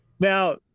Now